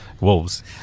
Wolves